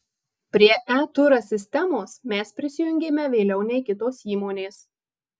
prie e turas sistemos mes prisijungėme vėliau nei kitos įmonės